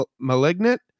malignant